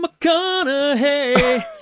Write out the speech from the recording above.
McConaughey